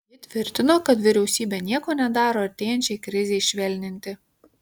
ji tvirtino kad vyriausybė nieko nedaro artėjančiai krizei švelninti